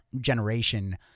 Generation